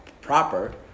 proper